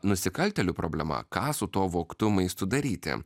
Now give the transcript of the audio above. nusikaltėlių problema ką su tuo vogtu maistu daryti